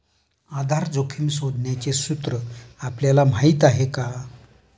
आधार जोखिम शोधण्याचे सूत्र आपल्याला माहीत आहे का?